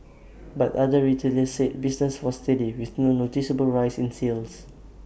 but other retailers said business was steady with no noticeable rise in sales